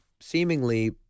seemingly